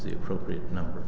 the appropriate number